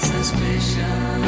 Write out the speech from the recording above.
Suspicion